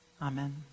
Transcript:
Amen